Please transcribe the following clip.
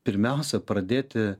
pirmiausia pradėti